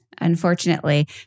Unfortunately